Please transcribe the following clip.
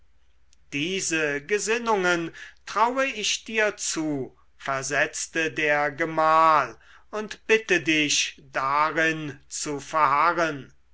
diese gesinnungen traue ich dir zu versetzte der gemahl und bitte dich darin zu verharren